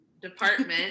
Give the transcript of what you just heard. department